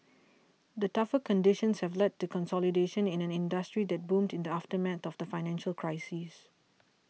the tougher conditions have led to consolidation in an industry that boomed in the aftermath of the financial crisis